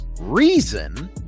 reason